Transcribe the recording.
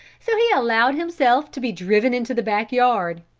so he allowed himself to be driven into the back-yard.